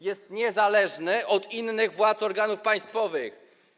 Jest niezależny od innych władz organów państwowych.